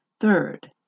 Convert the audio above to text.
Third